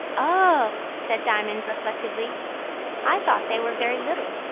oh! said diamond reflectively i thought they were very little.